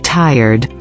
tired